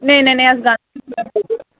नेईं नीं नीं अस गंद